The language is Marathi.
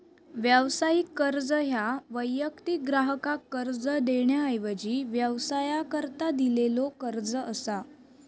व्यावसायिक कर्ज ह्या वैयक्तिक ग्राहकाक कर्ज देण्याऐवजी व्यवसायाकरता दिलेलो कर्ज असा